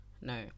No